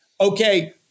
Okay